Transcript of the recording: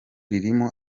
ririmo